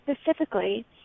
specifically